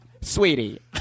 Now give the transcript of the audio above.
sweetie